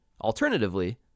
Alternatively